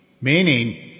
meaning